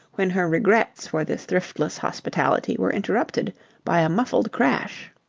when her regrets for this thriftless hospitality were interrupted by a muffled crash.